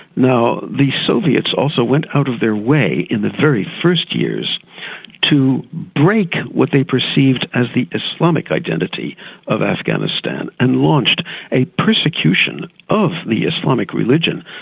now the soviets also went out of their way in the very first years to break what they perceived as the islamic identity of afghanistan, and launched a persecution of the islamic religion,